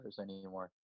anymore